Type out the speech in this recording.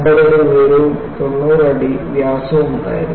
50 അടി ഉയരവും 90 അടി വ്യാസവുമുണ്ടായിരുന്നു